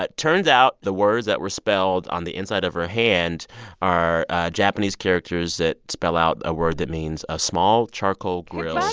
but turns out, the words that were spelled on the inside of her hand are japanese characters that spell out a word that means a small charcoal grill.